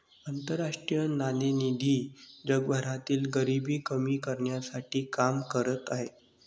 आंतरराष्ट्रीय नाणेनिधी जगभरातील गरिबी कमी करण्यासाठी काम करत आहे